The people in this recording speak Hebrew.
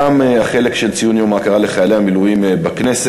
תם החלק של ציון יום ההוקרה לחיילי המילואים בכנסת.